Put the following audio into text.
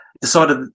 Decided